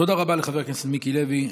תודה רבה לחבר הכנסת מיקי לוי.